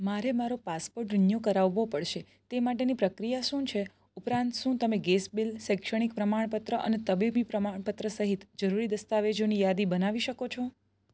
મારે મારો passport renew કરાવવો પડશે તે માટેની પ્રક્રિયા શું છે ઉપરાંત શું તમે ગેસ બિલ શૈક્ષણિક પ્રમાણપત્ર અને તબીબી પ્રમાણપત્ર સહિત જરૂરી દસ્તાવેજોની યાદી બનાવી શકો છો